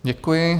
Děkuji.